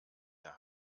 der